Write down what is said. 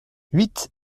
huit